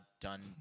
done